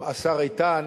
השר איתן,